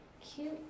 cute